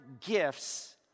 gifts